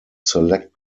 select